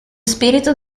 spirito